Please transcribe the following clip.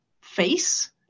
face